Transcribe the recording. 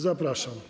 Zapraszam.